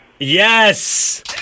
Yes